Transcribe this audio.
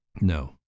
No